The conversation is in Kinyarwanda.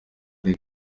ari